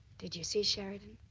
did you see sheridan?